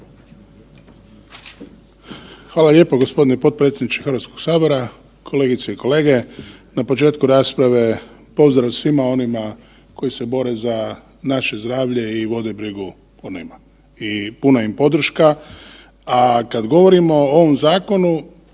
Hvala lijepo potpredsjedniče HS, kolegice i kolege. Na početku rasprave pozdrav svima onima koji se bore za naše zdravlje i vode brigu o …/Govornik se ne razumije/… i puna im podrška. A kad govorimo o ovom zakonu,